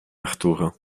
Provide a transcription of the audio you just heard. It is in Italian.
arturo